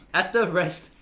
at the rest,